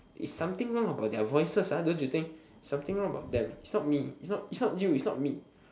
it's something wrong about their voices ah don't you think something wrong about their is not me is not is not you is not me